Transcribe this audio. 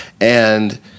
And-